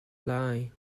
lai